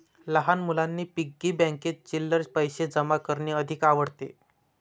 लहान मुलांना पिग्गी बँकेत चिल्लर पैशे जमा करणे अधिक आवडते